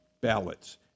ballots